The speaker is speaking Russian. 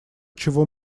чего